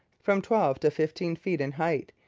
from twelve to fifteen feet in height,